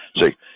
See